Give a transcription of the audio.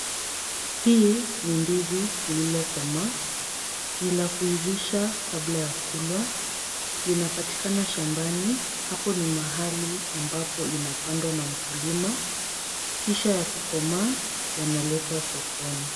Hii ni ndizi lililokomaa. Ni la kuivisha kabla ya kulwa, linapatikana shambani, hapo ni mahali ambapo inapandwa na mkulima, kisha yakikomaa yanaletwa sokoni.